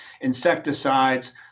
insecticides